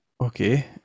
Okay